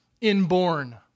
inborn